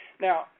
Now